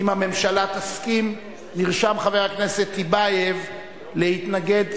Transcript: אם הממשלה תסכים, נרשם חבר הכנסת טיבייב להתנגד.